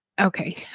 Okay